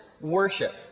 worship